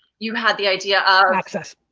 you had the idea of access.